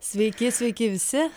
sveiki sveiki visi